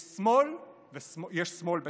"יש שמאל, ויש שמאל בתחפושת",